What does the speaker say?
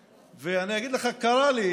אני אגיד לך, קרה לי